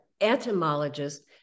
Etymologist